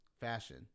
fashion